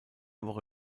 woche